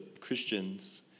Christians